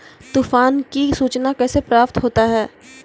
तुफान की सुचना कैसे प्राप्त होता हैं?